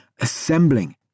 assembling